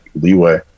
leeway